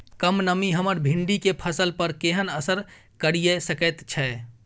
कम नमी हमर भिंडी के फसल पर केहन असर करिये सकेत छै?